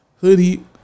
hoodie